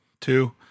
two